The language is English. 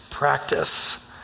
Practice